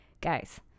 guys